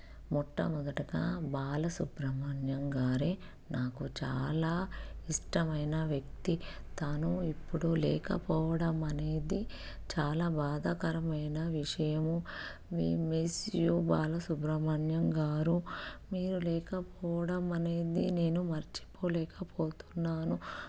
మొట్టమొదటగా బాలసుబ్రహ్మణ్యం గారే నాకు చాలా ఇష్టమైన వ్యక్తి తాను ఇప్పుడు లేకపోవడం అనేది చాలా బాధాకరమైన విషయము we miss you Balasubrahmanyam garu మీరు లేకపోవడం అనేది నేను మర్చిపోలేకపోతున్నాను